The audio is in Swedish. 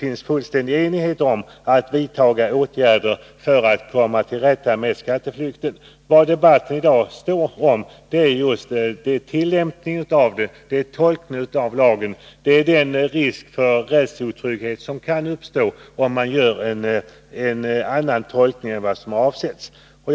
fullständig enighet om — att det är mycket angeläget att vidta åtgärder för att komma till rätta med skatteflykten. Debatten i dag handlar just om tillämpningen och tolkningen av lagen och den risk för rättsotrygghet som kan uppstå om en annan tolkning än den avsedda görs.